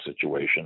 situation